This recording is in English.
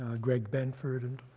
ah greg benford, and